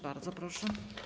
Bardzo proszę.